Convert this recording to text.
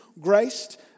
graced